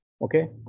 okay